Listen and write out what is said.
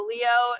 Leo